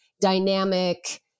dynamic